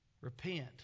Repent